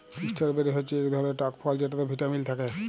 strawberry হচ্যে ইক ধরলের টক ফল যেটতে ভিটামিল থ্যাকে